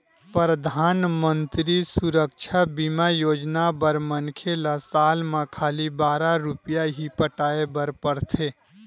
परधानमंतरी सुरक्छा बीमा योजना बर मनखे ल साल म खाली बारह रूपिया ही पटाए बर परथे